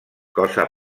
cosa